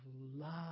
love